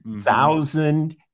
thousand